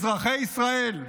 אזרחי ישראל,